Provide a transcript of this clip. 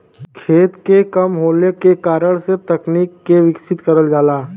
खेत के कम होले के कारण से तकनीक के विकसित करल जाला